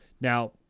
Now